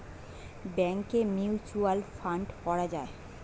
ব্যাংকে mutual fund করা যায়